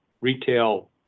retail